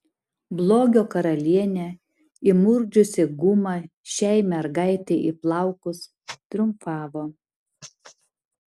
blogio karalienė įmurkdžiusi gumą šiai mergaitei į plaukus triumfavo